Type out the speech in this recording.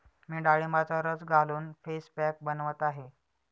मी डाळिंबाचा रस घालून फेस पॅक बनवत आहे